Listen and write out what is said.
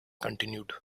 continued